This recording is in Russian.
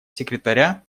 секретаря